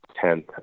tenth